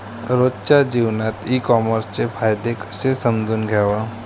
रोजच्या जीवनात ई कामर्सचे फायदे कसे समजून घ्याव?